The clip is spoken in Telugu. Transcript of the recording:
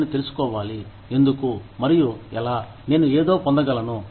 నేను తెలుసుకోవాలి ఎందుకు మరియు ఎలా నేను ఏదో పొందగలను